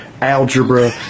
algebra